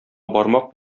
бармак